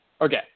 Okay